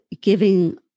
giving